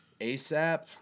ASAP